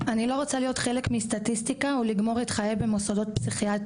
אני לא רוצה להיות חלק מסטטיסטיקה ולגמור את חיי במוסדות פסיכיאטרים,